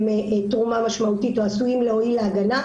תרומה משמעותית או עשויים להועיל להגנה,